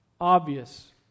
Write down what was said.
obvious